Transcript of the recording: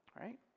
right